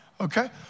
okay